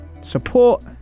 support